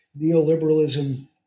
Neoliberalism